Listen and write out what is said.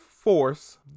force